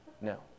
No